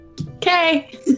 Okay